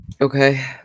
Okay